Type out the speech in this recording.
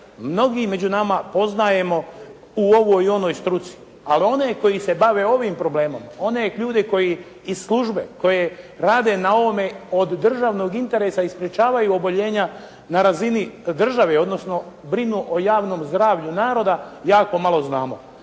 mnogi među nama poznajemo u ovoj i onoj struci, ali one koji se bave ovim problemom, one ljude koji iz službe, koje rade na ovome od državnog interesa i sprečavaju oboljenja na razini države odnosno brinu o javnom zdravlju naroda, jako malo znamo.